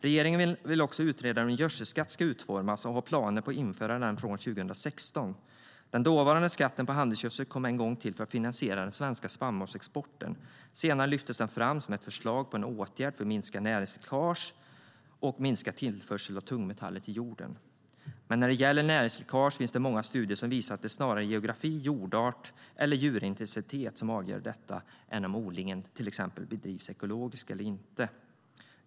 Regeringen vill utreda hur en gödselskatt ska utformas och har planer på att införa den från 2016. Den dåvarande skatten på handelsgödsel kom en gång till för att finansiera den svenska spannmålsexporten. Senare lyftes den fram som ett förslag på en åtgärd för att minska näringsläckage och tillförsel av tungmetaller till jorden. När det gäller näringsläckage finns det många studier som visar att det snarare är geografi, jordart eller djurintensitet som avgör detta än om odlingen bedrivs ekologiskt eller inte.